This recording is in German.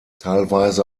teilweise